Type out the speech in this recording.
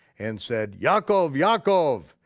and said yaakov, yaakov,